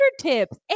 tips